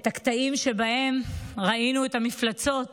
את הקטעים שבהם ראינו את המפלצות